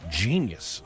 genius